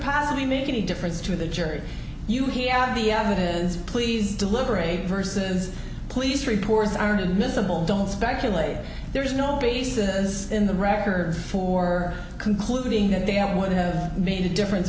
possibly make any difference to the jury you hear out the evidence please deliberate versus police reports aren't admissible don't speculate there is no basis in the record for concluding that there would have made a difference